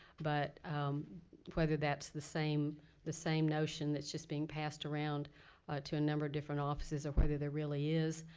but whether that's the same the same notion that's just being passed around to a number of different offices or whether there really is